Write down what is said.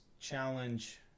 challenge